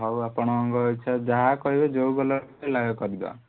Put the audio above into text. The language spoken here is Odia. ହଉ ଆପଣଙ୍କ ଇଛା ଯାହା କହିବେ ଯେଉଁ କଲର୍ କହିବେ କରିଦେବା